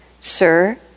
sir